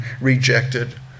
rejected